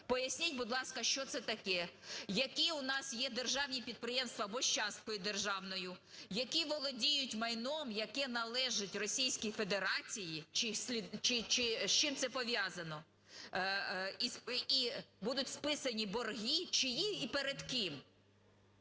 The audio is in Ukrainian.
Поясність, будь ласка, що це таке. Які у нас є державні підприємства або з часткою державною, які володіють майном, яке належить Російській Федерації? Чи з чим це пов'язано? І будуть списані борги – чиї і перед ким?